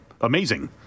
amazing